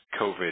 COVID